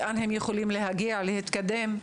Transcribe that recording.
לאן הם יכולים להגיע ולהתקדם?